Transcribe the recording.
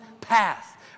path